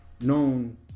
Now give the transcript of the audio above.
known